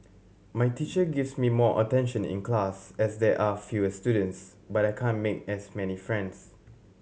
my teacher gives me more attention in class as there are fewer students but I can't make as many friends